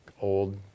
old